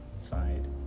side